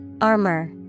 Armor